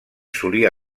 solia